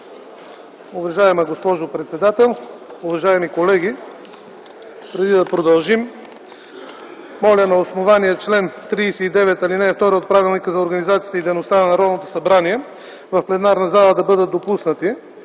Уважаема госпожо председател, уважаеми колеги! Преди да продължим, моля на основание чл. 39, ал. 2 от Правилника за организацията и дейността на Народното събрание в пленарна зала да бъдат допуснати…